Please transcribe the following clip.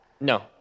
No